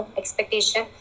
expectation